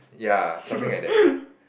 ya something like thar